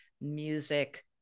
music